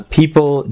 people